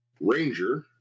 ranger